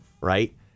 Right